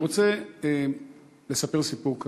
אני רוצה לספר סיפור קטן: